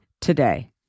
today